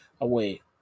away